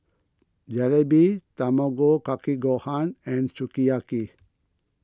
Jalebi Tamago Kake Gohan and Sukiyaki